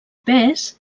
pes